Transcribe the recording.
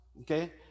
okay